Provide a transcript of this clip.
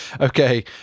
okay